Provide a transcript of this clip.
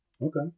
Okay